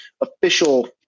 official